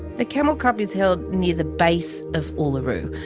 the camel cup is held near the base of uluru.